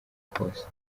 kose